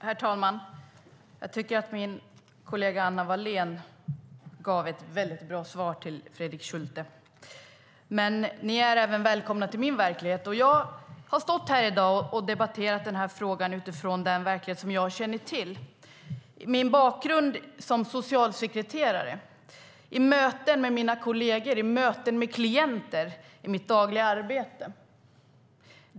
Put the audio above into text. Herr talman! Min kollega Anna Wallén gav ett bra svar till Fredrik Schulte. Ni är även välkomna till min verklighet. Jag har i dag debatterat denna fråga utifrån den verklighet jag känner till från möten med klienter och kolleger i mitt dagliga arbete som socialsekreterare.